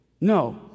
No